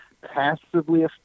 passively